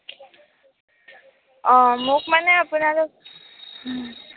অঁ মোক মানে আপোনালোক